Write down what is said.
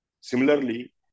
Similarly